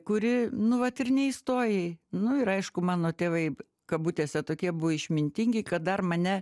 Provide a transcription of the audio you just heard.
kuri nu vat ir neįstojai nu ir aišku mano tėvai kabutėse tokie buvo išmintingi kad dar mane